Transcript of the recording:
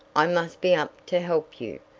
i must be up to help you.